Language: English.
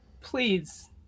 please